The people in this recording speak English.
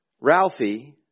Ralphie